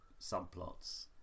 subplots